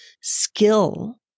skill